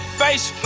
face